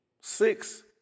six